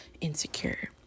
insecure